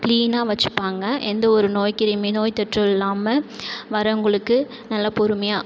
க்ளீனாக வச்சுப்பாங்க எந்த ஒரு நோய் கிருமி நோய் தோற்றும் இல்லாமல் வரவங்களுக்கு நல்லா பொறுமையாக